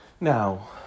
Now